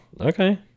okay